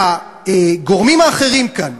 והגורמים האחרים כאן,